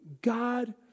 god